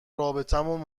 رابطمون